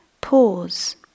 pause